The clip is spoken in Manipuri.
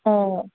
ꯑꯣ